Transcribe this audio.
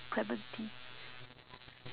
clementi